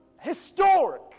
historic